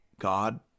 God